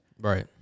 Right